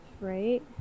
right